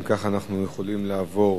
אם כך, אנחנו יכולים לעבור